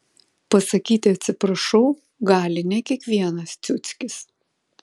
pasakyti atsiprašau gali ne kiekvienas ciuckis